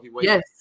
Yes